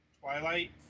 Twilight